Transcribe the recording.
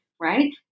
right